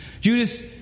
Judas